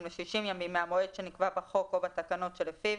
ל-60 ימים מהמועד שנקבע בחוק או בתקנות שלפיו